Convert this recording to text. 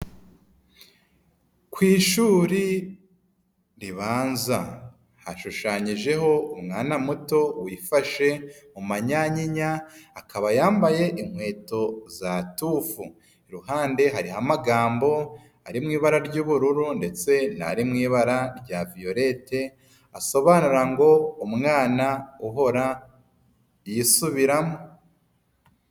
Ku ishuri ribanza, hashushanyijeho umwana muto wifashe mumanyanyinya, akaba yambaye inkweto za tufu, iruhande hari amagambo ari mu ibara ry'ubururu ndetse na ari mu ibara rya Violette asobanura ngo umwana uhora yisubiramo.